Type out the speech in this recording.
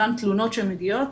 אותן תלונות שמגיעות,